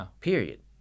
period